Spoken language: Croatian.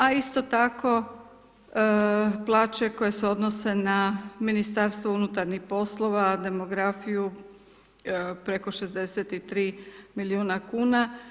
A isto tako plaće koje se odnose na Ministarstvo unutarnjih poslova, demografiju, preko 63 milijuna kn.